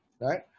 Right